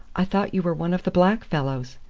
i thought you were one of the black fellows.